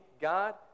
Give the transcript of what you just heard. God